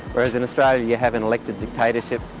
whereas in australia you have an elected dictatorship,